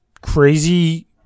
crazy